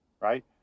Right